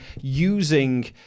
using